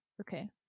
okay